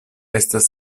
estas